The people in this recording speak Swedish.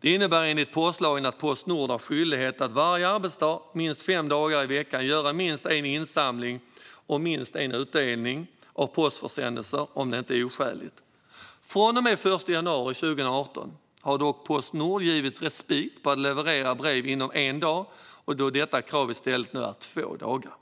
Det innebär enligt postlagen att Postnord har skyldighet att varje arbetsdag minst fem dagar i veckan göra minst en insamling och minst en utdelning av postförsändelser, om det inte är oskäligt. Från och med den 1 januari 2018 har Postnord dock givits respit med att leverera brev inom en dag. Detta krav är nu i stället två dagar.